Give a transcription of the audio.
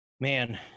Man